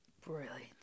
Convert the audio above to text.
Brilliant